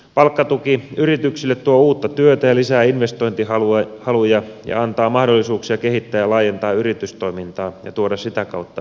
palkkatuki yrityksille tuo uutta työtä ja lisää investointihaluja ja antaa mahdollisuuksia kehittää ja laajentaa yritystoimintaa ja tuoda sitä kautta verotuloja suomeen